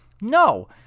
No